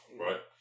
right